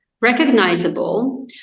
recognizable